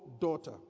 daughter